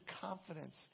confidence